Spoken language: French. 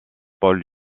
paul